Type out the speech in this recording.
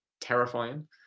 Terrifying